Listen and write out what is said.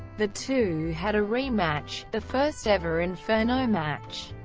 the two had a rematch, the first ever inferno match,